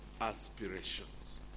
aspirations